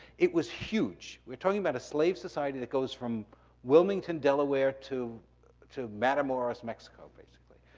it was huge. we're talking about a slave society that goes from wilmington, delaware to to matamoras, mexico basically.